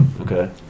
Okay